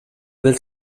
dels